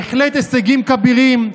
בהחלט הישגים כבירים,